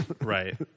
Right